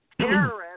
terrorists